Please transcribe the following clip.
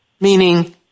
Meaning